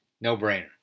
no-brainer